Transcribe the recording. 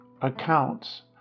accounts